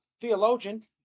theologian